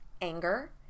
anger